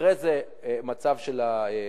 אחרי זה מצב של הילדים,